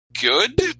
good